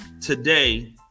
today